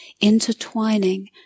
intertwining